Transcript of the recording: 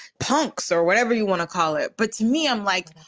punks or whatever you want to call it. but to me, i'm like,